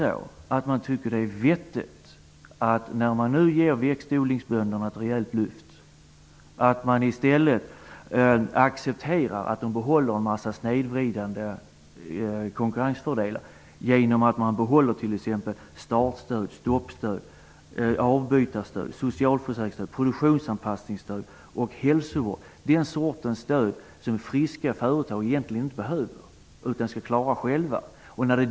Jo, jag frågade: Är det vettigt att man, när nu växtodlingsbönderna får ett rejält lyft, i stället accepterar att de behåller en mängd snedvridande konkurrensfördelar t.ex. genom fortsatt startstöd, stoppstöd, avbytarstöd, socialförsäkringsstöd, produktionsanpassningsstöd och hälsovård -- dvs. den sortens stöd som friska företag egentligen inte behöver? Sådant skall de ju själva klara av.